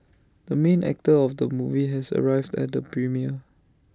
the main actor of the movie has arrived at the premiere